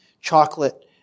chocolate